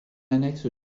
annexe